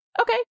Okay